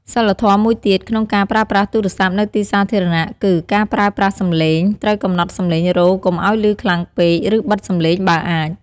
សីលធម៌មួយទៀត ក្នុងការប្រើប្រាស់ទូរស័ព្ទនៅទីសាធារណៈ គឺ ការប្រើប្រាស់សម្លេង ត្រូវកំណត់សម្លេងរោទ៍កុំឲ្យឮខ្លាំងពេក ឬបិទសំឡេងបើអាច។